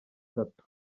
gato